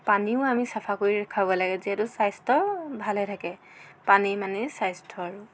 পানীও আমি চফা কৰি খাব লাগে যিহেতু স্বাস্থ্য ভালে থাকে পানী মানে স্বাস্থ্যৰ